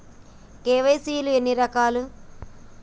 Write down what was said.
KYC ఎన్ని రకాలు?